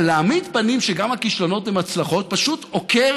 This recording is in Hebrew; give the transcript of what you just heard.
אבל להעמיד פנים שגם הכישלונות הם הצלחות פשוט עוקר